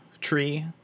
tree